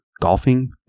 golfing